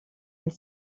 est